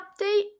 update